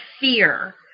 fear